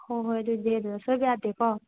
ꯍꯣꯏ ꯍꯣꯏ ꯑꯗꯨꯗꯤ ꯑꯗꯨꯗ ꯁꯣꯏꯕ ꯌꯥꯗꯦꯀꯣ